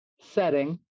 setting